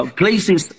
places